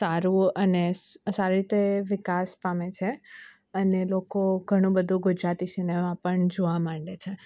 સારું અને સ સારી રીતે વિકાસ પામે છે અને લોકો ઘણું બધું ગુજરાતી સિનેમા પણ જોવા માંડ્યા છે